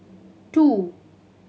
two